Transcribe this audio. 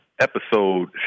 episode